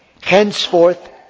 Henceforth